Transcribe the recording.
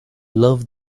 love